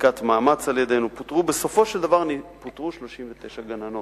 נקטנו מאמץ, ובסופו של דבר פוטרו 39 גננות.